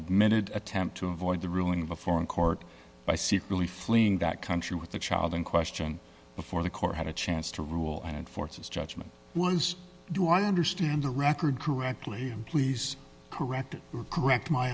admitted attempt to avoid the ruling before in court by secretly fleeing that country with the child in question before the court had a chance to rule and forces judgment was do i understand the record correctly and please correct correct my